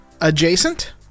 adjacent